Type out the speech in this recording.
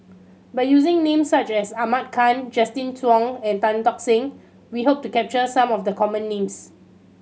by using names such as Ahmad Khan Justin Zhuang and Tan Tock Seng we hope to capture some of the common names